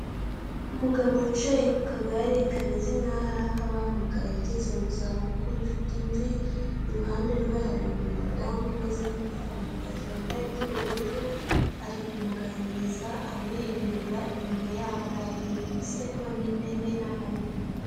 Umugabo wicaye ku kagare kameze nk'aho ari ak'abamugaye ugeze mu za bukuru ufite imvi iruhande rwe hari umudamu umeze nk'umuforomokazi wambaye iby'ubururu ari kumuganiriza amwenyura inyuma yabo hari imisego n'intebe n'amarido.